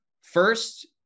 First